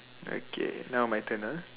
okay now my turn ah